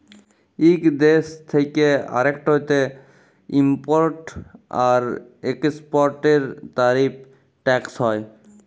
ইক দ্যেশ থ্যাকে আরেকটতে ইমপরট আর একেসপরটের তারিফ টেকস হ্যয়